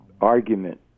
argument